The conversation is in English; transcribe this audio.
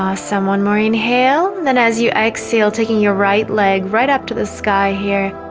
ah some one more inhale then as you exhale taking your right leg right up to the sky here